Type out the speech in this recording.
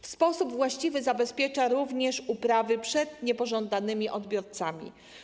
W sposób właściwy zabezpiecza się uprawy przed niepożądanymi odbiorcami.